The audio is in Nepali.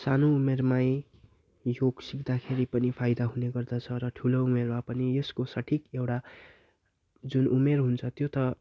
सानो उमेरमै योग सिक्दाखेरि पनि फाइदा हुने गर्दछ र ठुलो उमेरमा पनि यसको सठिक एउटा जुन उमेर हुन्छ त्यो त